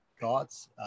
thoughts